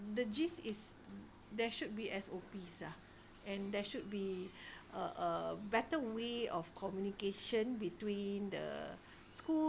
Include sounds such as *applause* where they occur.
the gist is there should be S_O_Ps ah and there should be *breath* a a better way of communication between the school